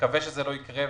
מקווה שזה לא יקרה,